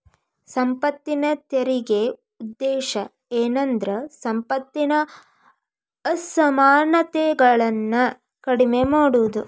ಸಂಪತ್ತಿನ ತೆರಿಗೆ ಉದ್ದೇಶ ಏನಂದ್ರ ಸಂಪತ್ತಿನ ಅಸಮಾನತೆಗಳನ್ನ ಕಡಿಮೆ ಮಾಡುದು